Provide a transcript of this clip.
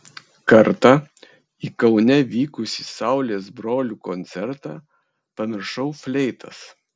kartą į kaune vykusį saulės brolių koncertą pamiršau fleitas